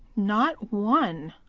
not one.